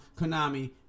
Konami